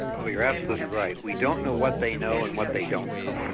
ah you're absolutely right. we don't know what they know and what they don't know,